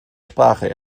sprache